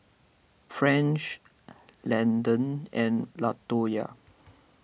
French Landan and Latoya